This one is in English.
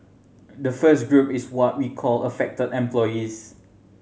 the first group is what we called affected employees